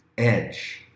edge